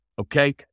okay